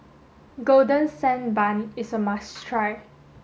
golden sand bun is a must try